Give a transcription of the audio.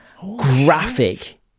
graphic